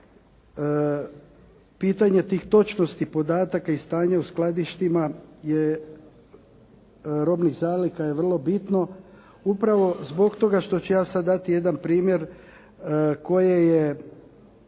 pitanje tih točnosti podataka i stanje u skladištima robnih zaliha je vrlo bitno upravo zbog toga što ću ja sada dati jedan primjer koje je